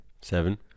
Seven